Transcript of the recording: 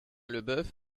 leboeuf